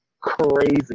crazy